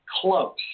close